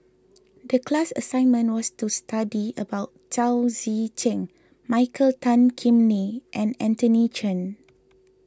the class assignment was to study about Chao Tzee Cheng Michael Tan Kim Nei and Anthony Chen